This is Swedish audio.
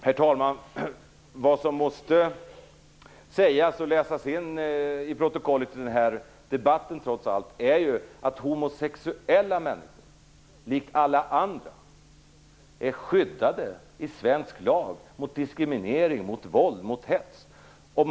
Herr talman! Vad som trots allt måste sägas så att det kommer med i protokollet från den här debatten är att homosexuella människor, som alla andra, är skyddade mot våld och hets i svensk lag.